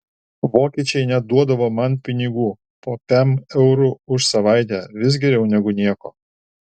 vokiečiai net duodavo man pinigų po pem eurų už savaitę vis geriau negu nieko